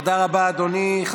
תודה רבה, אדוני.